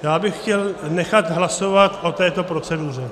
Já bych chtěl nechat hlasovat o této proceduře.